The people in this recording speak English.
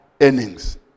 earnings